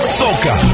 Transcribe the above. soca